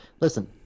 listen